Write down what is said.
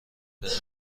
بدونم